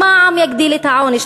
המע"מ יגדיל את העוני,